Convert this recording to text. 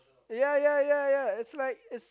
ya ya ya ya it's like it's